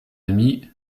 amis